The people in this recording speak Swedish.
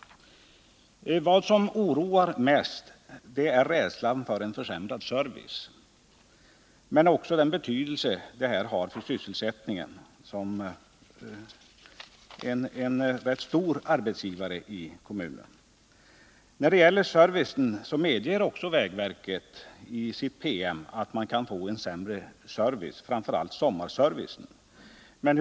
Vad som oroar mest är försämringen av service men också den betydelse indragningen får för sysselsättningen, eftersom vägförvaltningen är en rätt stor arbetsgivare i kommunen. När det gäller servicen medger också vägverket i sin PM att den kan försämras, framför allt sommarservicen.